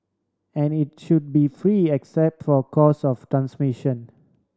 and it should be free except for cost of transmission